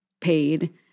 paid